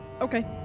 Okay